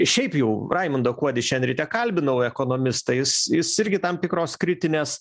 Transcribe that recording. šiaip jau raimundą kuodį šiandien ryte kalbinau ekonomistą jis jis irgi tam tikros kritinės